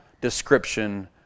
description